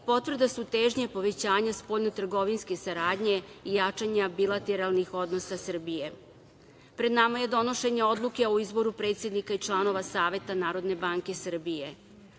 potvrda su težnje povećanja spoljno trgovinske saradnje i jačanja bilateralnih odnosa Srbije. Pred nama je donošenje odluke o izboru predsednika i članova Saveta NBS. Građanima Srbije